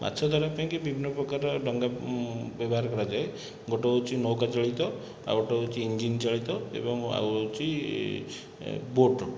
ମାଛ ଧରିବାପାଇଁ କି ବିଭିନ୍ନ ପ୍ରକାର ଡଙ୍ଗା ବ୍ୟବହାର କରାଯାଏ ଗୋଟିଏ ହେଉଛି ନୌକା ଚାଳିତ ଆଉ ଗୋଟିଏ ହେଉଛି ଇଞ୍ଜିନ ଚାଳିତ ଏବଂ ଆଉ ହେଉଛି ବୋଟ